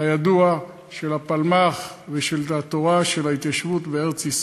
הידוע של הפלמ"ח ושל דעת תורה ושל ההתיישבות וארץ-ישראל.